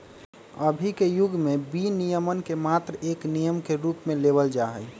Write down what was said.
अभी के युग में विनियमन के मात्र एक नियम के रूप में लेवल जाहई